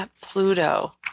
Pluto